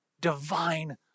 divine